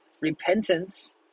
repentance